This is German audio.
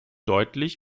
deutlich